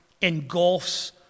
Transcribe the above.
engulfs